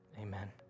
Amen